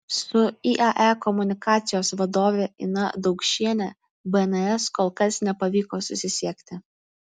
su iae komunikacijos vadove ina daukšiene bns kol kas nepavyko susisiekti